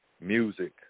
music